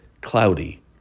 cloudy